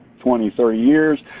twenty, thirty years.